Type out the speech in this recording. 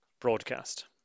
Broadcast